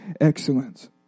excellence